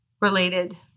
related